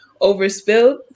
overspilled